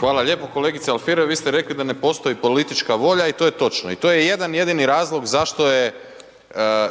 Hvala lijepo, kolegice Alfirev vi ste rekli da ne postoji politička volja i to je točno i to je jedan jedini razlog zašto je